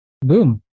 boom